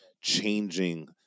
changing